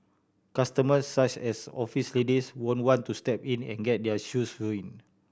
customers such as office ladies won't want to step in and get their shoes ruined